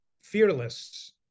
fearless